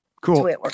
cool